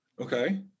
Okay